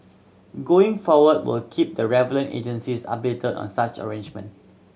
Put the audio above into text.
going forward we will keep the relevant agencies updated on such arrangement